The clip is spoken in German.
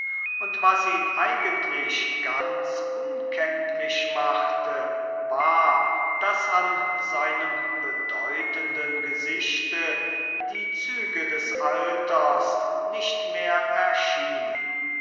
und was ihn eigentlich ganz unkenntlich machte war daß an seinem bedeutenden gesichte die züge des alters nicht mehr erschienen